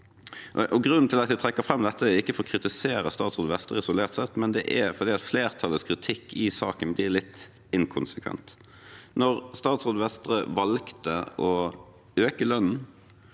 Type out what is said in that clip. Grunnen til at jeg trekker fram dette, er ikke for å kritisere statsråd Vestre isolert sett, men fordi flertallets kritikk i saken blir litt inkonsekvent. Når statsråd Vestre valgte å øke lønnen,